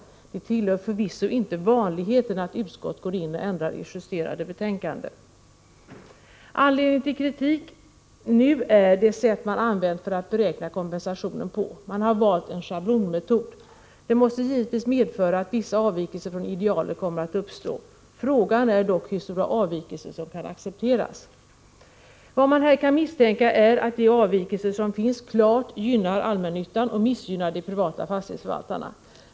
Det tillhör förvisso inte vanligheten att utskott går in och ändrar i justerade betänkanden. Anledningen till kritik nu är det sätt som använts för att beräkna kompensationen på. Regeringen har valt en ”schablonmetod”. Det måste givetvis medföra att vissa avvikelser från idealet kommer att uppstå. Frågan är dock hur stora avvikelser som kan accepteras. Vad man här kan misstänka är att de avvikelser som finns klart gynnar allmännyttan och missgynnar de privata fastighetsförvaltarna.